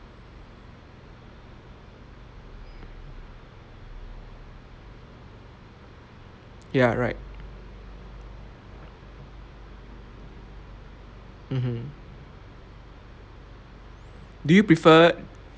ya right mmhmm do you prefer